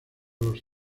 los